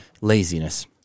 Laziness